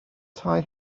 tai